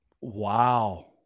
Wow